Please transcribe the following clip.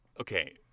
Okay